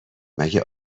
مگه